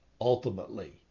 ultimately